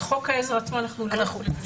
את חוק העזר עצמו אנחנו לא יכולים לשנות.